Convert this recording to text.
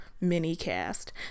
mini-cast